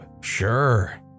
Sure